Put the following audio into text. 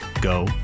go